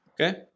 okay